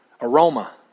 Aroma